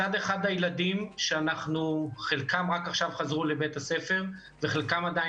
מצד אחד הילדים שחלקם רק עכשיו חזרו לבית הספר וחלקם עדיין